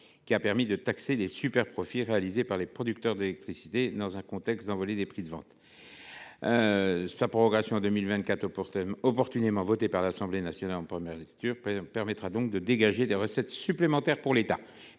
a permis de taxer les superprofits réalisés par les producteurs d’électricité dans un contexte d’envolée des prix de vente. Sa prorogation en 2024, opportunément votée par l’Assemblée nationale en première lecture, permettra de dégager des recettes supplémentaires pour l’État.